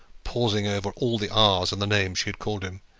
pausing over all the r's in the name she had called him.